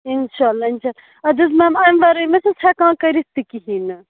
انشاء اللہ انشاء اللہ ادٕ حَظ میم امہِ ورٲے مہ چھس ہیکان کٔرِتھ تہِ کہیٖنۍ نہٕ